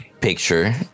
picture